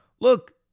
look